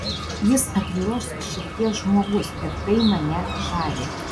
jis atviros širdies žmogus ir tai mane žavi